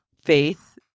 Faith